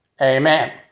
Amen